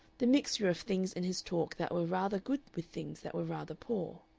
the mixture of things in his talk that were rather good with things that were rather poor.